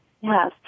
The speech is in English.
Yes